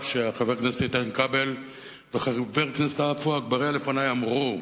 שחבר הכנסת איתן כבל וחבר הכנסת עפו אגבאריה אמרו לפני,